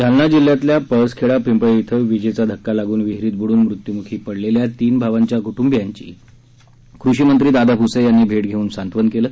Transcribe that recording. जालना जिल्ह्यातल्या पळसखेडा पिंपळे इथं विदयुत शॉक लागून विहिरीत बुडुन मृत्यमुखी पडलेल्या तीन भावांच्या क्टूंबियांची कृषीमंत्री दादा भूसे यांनी भेट घेऊन सांत्वन केलं